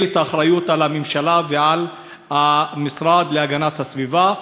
את האחריות על הממשלה ועל המשרד להגנת הסביבה,